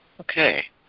Okay